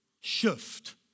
shift